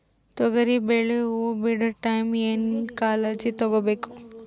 ತೊಗರಿಬೇಳೆ ಹೊವ ಬಿಡ ಟೈಮ್ ಏನ ಕಾಳಜಿ ತಗೋಬೇಕು?